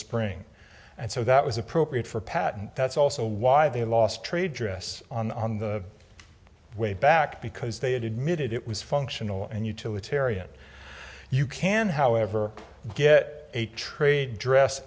spring and so that was appropriate for patent that's also why they lost trade dress on the way back because they had admitted it was functional and utilitarian you can however get a trade dress